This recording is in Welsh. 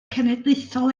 cenedlaethol